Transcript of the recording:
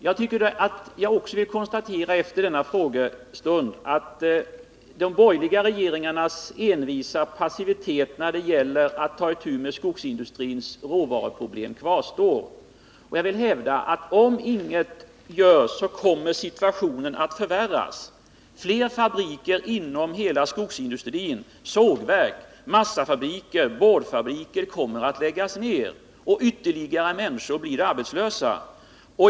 Jag vill också efter detta meningsutbyte konstatera att de borgerliga regeringarnas envisa passivitet när det gäller att ta itu med skogsindustrins råvaruproblem kvarstår. Jag vill hävda att om inget görs, kommer situationen att förvärras. Fler fabriker inom hela skogsindustrin, sågverk, massafabriker och boardfabriker, kommer att läggas ned, och ytterligare människor blir arbetslösa.